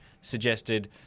suggested